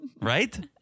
Right